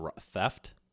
theft—